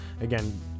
again